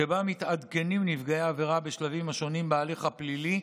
שבה מתעדכנים נפגעי העבירה בשלבים השונים בהליך הפלילי,